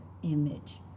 Image